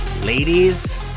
ladies